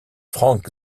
frank